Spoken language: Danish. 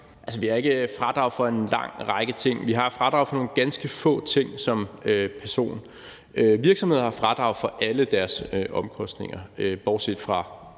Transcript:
vi har ikke fradrag for en lang række ting. Vi har fradrag for nogle ganske få ting som personer. Virksomheder har fradrag for alle deres omkostninger, bortset fra